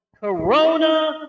Corona